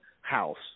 house